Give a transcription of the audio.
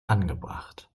angebracht